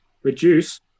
Reduce